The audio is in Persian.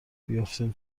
بیفتیم